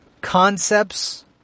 concepts